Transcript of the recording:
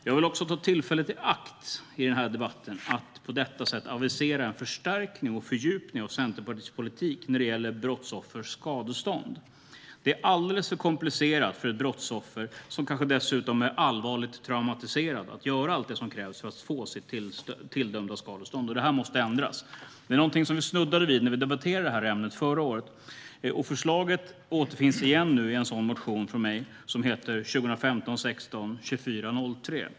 Jag vill också ta tillfället i akt i debatten att på detta sätt avisera en förstärkning och fördjupning av Centerpartiets politik när det gäller brottsoffers skadestånd. Det är alldeles för komplicerat för ett brottsoffer, som kanske dessutom är allvarligt traumatiserat, att göra allt det som krävs för att få sitt tilldömda skadestånd. Detta måste ändras. Detta är något vi snuddade vid när vi debatterade ämnet förra året. Förslaget återfinns igen i en motion från mig som heter 2015/16:2403.